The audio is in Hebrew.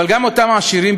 אבל גם אותם "עשירים",